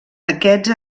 aquests